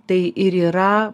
tai ir yra